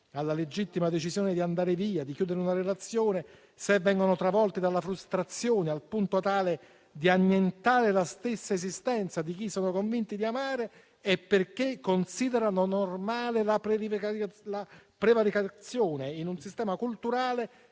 alla legittima decisione di andare via e di chiudere una relazione - e se vengono travolti dalla frustrazione al punto tale da annientare la stessa esistenza di chi sono convinti di amare - è perché considerano normale la prevaricazione, in un sistema culturale